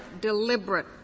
deliberate